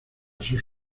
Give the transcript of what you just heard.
sus